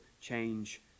change